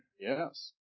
Yes